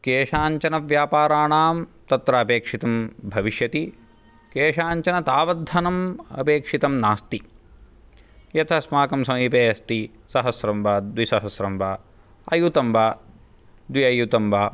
केषाञ्चन व्यापाराणां तत्र अपेक्षितं भविष्यति केषाञ्चन तावद्धनम् अपेक्षितं नास्ति यत् अस्माकं समीपे अस्ति सहस्रं वा द्विसहस्रं वा अयूतं वा द्वि अयूतं वा